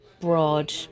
broad